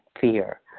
fear